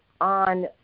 on